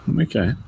Okay